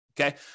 okay